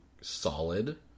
solid